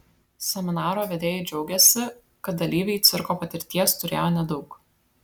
seminaro vedėjai džiaugėsi kad dalyviai cirko patirties turėjo nedaug